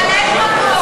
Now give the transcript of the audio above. ממלאת מקום.